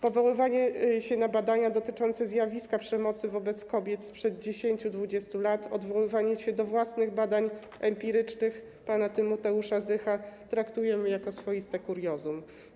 Powoływanie się na badania dotyczące zjawiska przemocy wobec kobiet sprzed 10–20 lat, odwoływanie się do własnych badań empirycznych pana Tymoteusza Zycha traktujemy jako swoiste kuriozum.